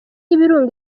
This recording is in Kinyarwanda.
y’ibirunga